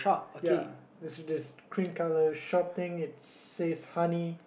ya there's this cream colour shop thing it says honey